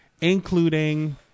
including